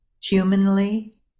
humanly